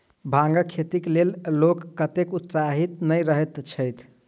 भांगक खेतीक लेल लोक ओतेक उत्साहित नै रहैत छैथ